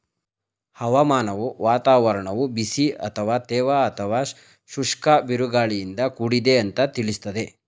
ಹವಾಮಾನವು ವಾತಾವರಣವು ಬಿಸಿ ಅಥವಾ ತೇವ ಅಥವಾ ಶುಷ್ಕ ಬಿರುಗಾಳಿಯಿಂದ ಕೂಡಿದೆ ಅಂತ ತಿಳಿಸ್ತದೆ